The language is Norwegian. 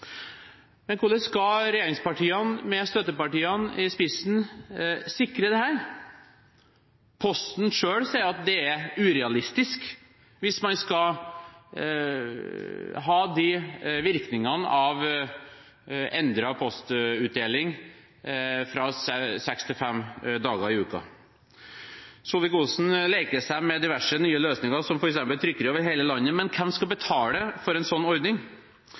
Men hvordan skal regjeringspartiene, med støttepartiene i spissen, sikre dette? Posten selv sier at det er urealistisk at endret postutdeling – fra seks til fem dager i uka – skal ha disse virkningene. Solvik-Olsen leker seg med diverse nye løsninger, som f.eks. trykkeri over hele landet, men hvem skal betale for en slik ordning?